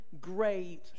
great